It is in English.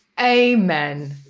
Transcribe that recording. Amen